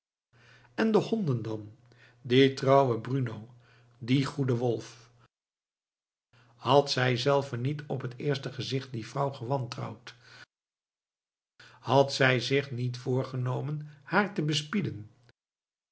en de honden dan die trouwe bruno die goede wolf had zij zelve niet op het eerste gezicht die vrouw gewantrouwd had zij zich niet voorgenomen haar te bespieden